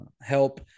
help